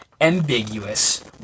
ambiguous